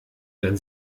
dann